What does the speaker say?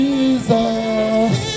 Jesus